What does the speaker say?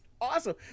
awesome